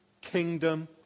kingdom